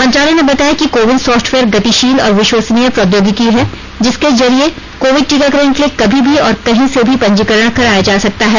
मंत्रालय ने बताया कि को विन सॉफ्टवेयर गतिशील और विश्वससनीय प्रोद्योगिकी है जिसके जरिये कोविड टीकाकरण के लिए कभी भी और कहीं से भी पंजीकरण कराया जा सकता है